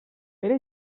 pere